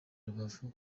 rubavu